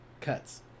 cuts